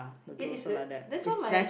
it is uh that's why my